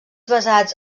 basats